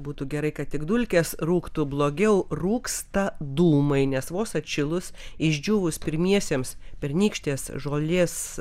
būtų gerai kad tik dulkės rūktų blogiau rūksta dūmai nes vos atšilus išdžiūvus pirmiesiems pernykštės žolės